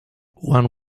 one